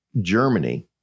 Germany